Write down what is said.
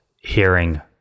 hearing